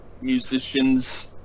musicians